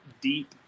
deep